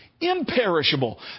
imperishable